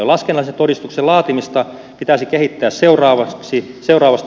laskennallisen todistuksen laatimista pitäisi kehittää seuraavasti